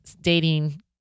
dating